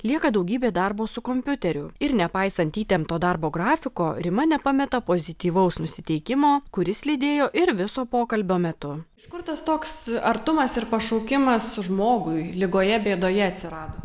lieka daugybė darbo su kompiuteriu ir nepaisant įtempto darbo grafiko rima nepameta pozityvaus nusiteikimo kuris lydėjo ir viso pokalbio metu iš kur tas toks artumas ir pašaukimas žmogui ligoje bėdoje atsirado